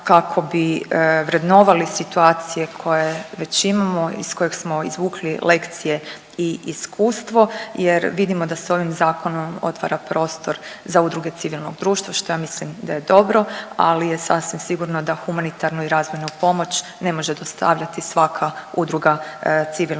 kako bi vrednovali situacije koje već imamo, iz kojeg smo izvukli lekcije i iskustvo jer vidimo da se ovim zakonom otvara prostor za udruge civilnog društva, što ja mislim da je dobro, ali je sasvim sigurno da humanitarnu i razvojnu pomoć ne može dostavljati svaka udruga civilnog društva